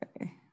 okay